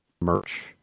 merch